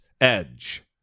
edge